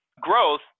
Growth